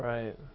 Right